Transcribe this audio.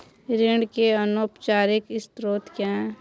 ऋण के अनौपचारिक स्रोत क्या हैं?